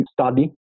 study